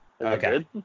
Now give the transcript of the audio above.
Okay